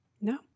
No